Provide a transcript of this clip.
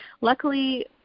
Luckily